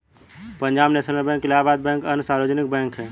Punjab national bank Allahabad bank अन्य सार्वजनिक bank है